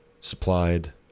supplied